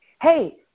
Hey